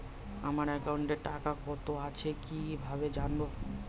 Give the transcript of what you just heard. আমার একাউন্টে টাকা কত আছে কি ভাবে জানবো?